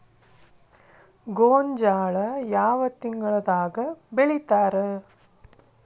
ಗೋಂಜಾಳ ಯಾವ ತಿಂಗಳದಾಗ್ ಬೆಳಿತಾರ?